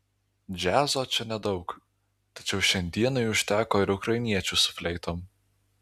džiazo čia nedaug tačiau šiandienai užteko ir ukrainiečių su fleitom